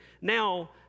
Now